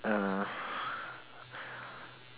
uh